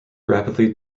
rapidly